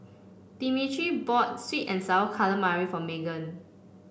Dimitri bought sweet and sour calamari for Meghan